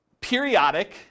periodic